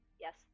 Yes